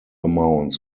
amounts